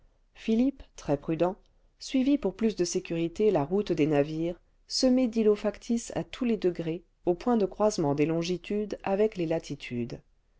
philippe très prudent suivit pour plus de sécurité la route des navires semée d'îlots factices à tous les degrés au point de croisement des longitudes avec les latitudes